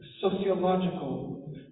sociological